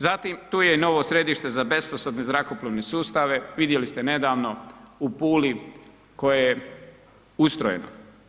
Zatim tu je i novo središte za besposadni zrakoplovne sustave, vidjeli ste nedavno u Puli koje je ustrojeno.